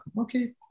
okay